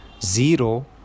Zero